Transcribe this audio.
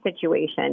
situation